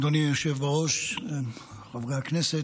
אדוני היושב בראש, חברי הכנסת,